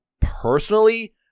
personally